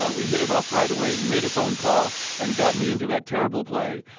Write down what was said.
ah we hit it off right away. he made a phone call and got me into that terrible play.